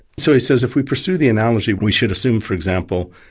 so he says, if we pursue the analogy, we should assume for example,